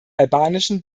albanischen